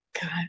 God